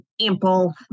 ample